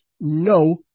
no